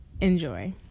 Enjoy